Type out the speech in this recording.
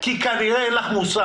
כי כנראה אין לך מושג.